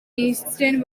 eastern